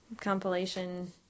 compilation